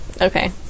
Okay